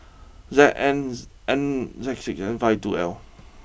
Z N five two L